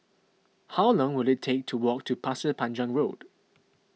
how long will it take to walk to Pasir Panjang Road